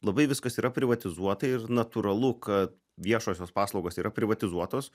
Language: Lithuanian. labai viskas yra privatizuota ir natūralu kad viešosios paslaugos yra privatizuotos